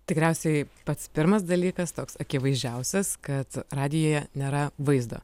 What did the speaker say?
tikriausiai pats pirmas dalykas toks akivaizdžiausias kad radijuje nėra vaizdo